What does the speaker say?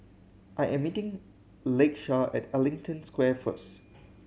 I am meeting Lakesha at Ellington Square first